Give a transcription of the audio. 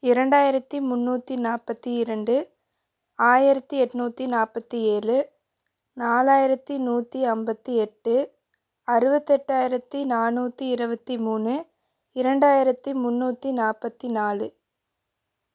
இரண்டாயிரத்தி முன்னூற்றி நாற்பத்தி இரண்டு ஆயிரத்தி எண்நூத்தி நாற்பத்தி ஏழு நாலாயிரத்தி நூற்றி ஐம்பத்தி எட்டு அறுபத்தெட்டாயிரத்தி நானூற்றி இருபத்தி மூணு இரண்டாயிரத்தி முன்னூற்றி நாற்பத்தி நாலு